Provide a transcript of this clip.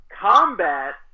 COMBAT